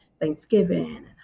Thanksgiving